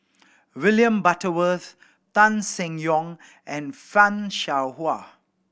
William Butterworth Tan Seng Yong and Fan Shao Hua